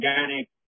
organic